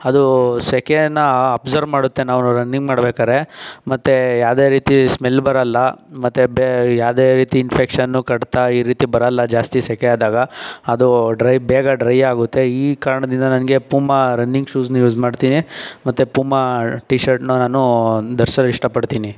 ಅದು ಸೆಕೆಯನ್ನ ಅಬ್ಸರ್ವ್ ಮಾಡುತ್ತೆ ನಾವು ರನ್ನಿಂಗ್ ಮಾಡ್ಬೇಕಾದ್ರೆ ಮತ್ತು ಯಾವುದೇ ರೀತಿ ಸ್ಮೆಲ್ ಬರಲ್ಲ ಮತ್ತು ಬೇ ಯಾವುದೇ ರೀತಿ ಇನ್ಫೆಕ್ಷನ್ನು ಕಡಿತ ಈ ರೀತಿ ಬರಲ್ಲ ಜಾಸ್ತಿ ಸೆಕೆ ಆದಾಗ ಅದು ಡ್ರೈ ಬೇಗ ಡ್ರೈ ಆಗುತ್ತೆ ಈ ಕಾರಣದಿಂದ ನನಗೆ ಪೂಮಾ ರನ್ನಿಂಗ್ ಶೂಸನ್ನು ಯೂಸ್ ಮಾಡ್ತೀನಿ ಮತ್ತು ಪೂಮಾ ಟೀ ಶರ್ಟನ್ನು ನಾನು ಧರಿಸೋದು ಇಷ್ಟಪಡ್ತೀನಿ